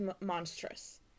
monstrous